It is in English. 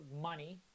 money